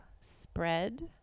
spread